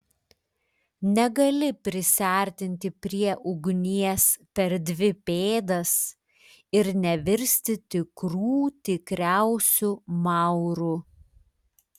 negali prisiartinti prie ugnies per dvi pėdas ir nevirsti tikrų tikriausiu mauru